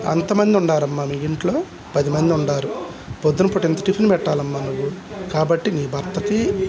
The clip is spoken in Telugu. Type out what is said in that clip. అంతమంది ఉన్నారమ్మ మీ ఇంట్లో పది మంది ఉన్నారు ప్రొద్దున పూటెంత టిఫిన్ పెట్టాలమ్మ నువ్వు కాబట్టి మీ భర్తకి